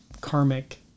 karmic